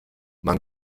man